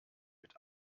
mit